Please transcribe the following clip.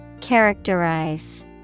Characterize